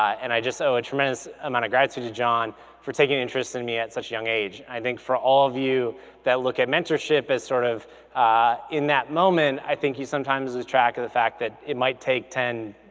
and i just owe a tremendous amount of gratitude to john for taking interest in me at such a young age. i think for all of you that look at mentorship as sort of in that moment, i think you sometimes lose track of the fact that it might take ten,